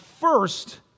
first